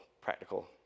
practical